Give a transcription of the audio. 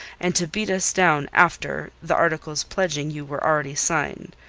and to beat us down after the articles pledging you were already signed.